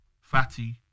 Fatty